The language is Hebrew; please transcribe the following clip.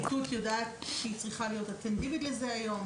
הפרקליטות יודעת שהיא צריכה להיות --- לזה היום.